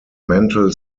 mental